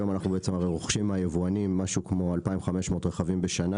היום אנחנו הרי רוכשים מהיבואנים משהו כמו 2,500 רכבים בשנה